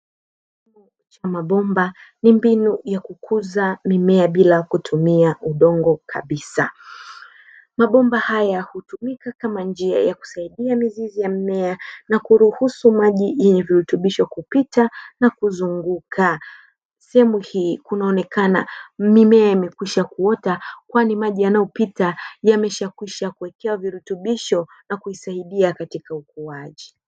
Kilimo cha Mabomba ni mbinu ya kukuza mimea bila kutumia udongo kabisa. Mabomba haya hutumika kama njia ya kusaidia mizizi ya mimea na kuruhusu maji yenye virutubisho kupita na kuzunguka. Sehemu hii kunaonekana mimea imekwisha kuota kwani maji yanayopita yameshakwisha kuwekewa virutubisho na kuisaidia katika ukuaji.